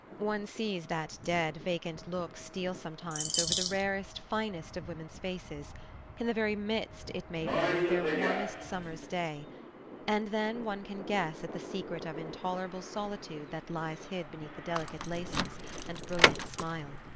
one sees that dead, vacant look steal sometimes over the rarest, finest of women's faces in the very midst, it may be, of their warmest summer's day and then one can guess at the secret of intolerable solitude that lies hid beneath the delicate laces and brilliant smile.